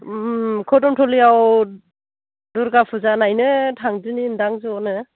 उम कदमथलायाव दुर्गा फुजा नायनो थांदिनिदां ज'नो